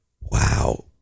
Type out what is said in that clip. Wow